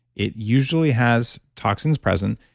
it usually has toxins present.